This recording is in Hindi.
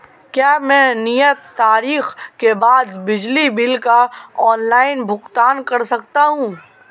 क्या मैं नियत तारीख के बाद बिजली बिल का ऑनलाइन भुगतान कर सकता हूं?